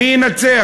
מי ינצח,